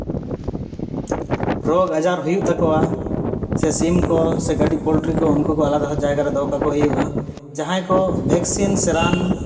ᱨᱳᱜᱽ ᱟᱡᱟᱨ ᱦᱩᱭᱩᱜ ᱛᱟᱠᱚᱣᱟ ᱥᱮ ᱥᱤᱢ ᱠᱚ ᱥᱮ ᱠᱟᱹᱴᱤᱡ ᱯᱳᱞᱴᱨᱤ ᱠᱚ ᱩᱱᱠᱩ ᱠᱚ ᱟᱞᱟᱫᱟ ᱡᱟᱭᱜᱟ ᱨᱮ ᱫᱚᱦᱚ ᱠᱟᱠᱚ ᱦᱩᱭᱩᱜᱼᱟ ᱡᱟᱦᱟᱸᱭ ᱠᱚ ᱵᱷᱮᱠᱥᱤᱱ ᱥᱮ ᱨᱟᱱ